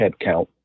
headcount